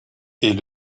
est